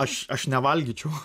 aš aš nevalgyčiau